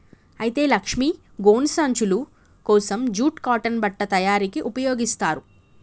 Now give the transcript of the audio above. అయితే లక్ష్మీ గోను సంచులు కోసం జూట్ కాటన్ బట్ట తయారీకి ఉపయోగిస్తారు